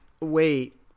wait